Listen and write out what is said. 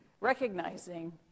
recognizing